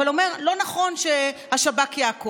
אבל אומר: לא נכון שהשב"כ יעקוב.